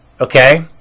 okay